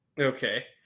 Okay